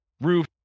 roof